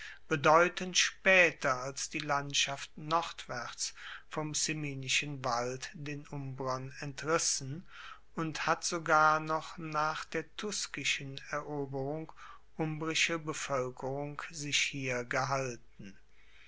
bedeutend spaeter als die landschaft nordwaerts vom ciminischen wald den umbrern entrissen und hat sogar noch nach der tuskischen eroberung umbrische bevoelkerung sich hier gehalten